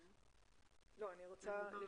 להתייחס.